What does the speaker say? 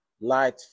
light